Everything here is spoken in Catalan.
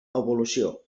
evolució